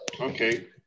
Okay